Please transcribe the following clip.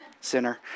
sinner